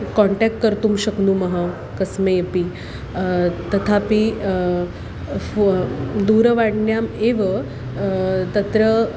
contact कर्तुं शक्नुमः कम् अपि तथापि फ़ो दूरवाण्याम् एव तत्र